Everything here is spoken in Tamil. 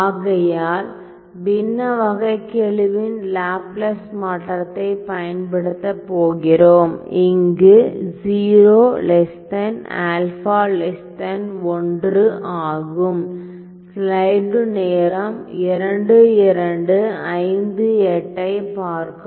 ஆகையால் பின்ன வகைக்கெழுவின் லாப்லாஸ் மாற்றத்தைப் பயன்படுத்தப் போகிறோம் இங்கு 0 α 1 ஆகும்